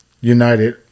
United